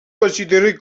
considéré